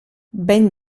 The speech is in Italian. ben